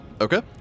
Okay